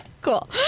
Cool